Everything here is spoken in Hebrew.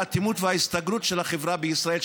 האטימות וההסתגרות של החברה בישראל,